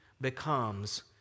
becomes